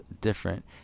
different